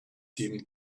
seem